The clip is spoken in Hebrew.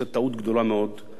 אבל הוא ילמד בדרך הקשה,